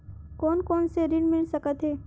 कोन कोन से ऋण मिल सकत हे?